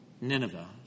Nineveh